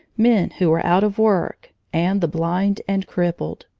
men who were out of work, and the blind and crippled.